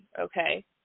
okay